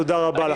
תודה רבה לכם.